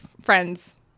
friends